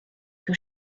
que